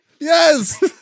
Yes